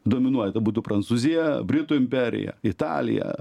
dominuoja ten būtų prancūzija britų imperija italija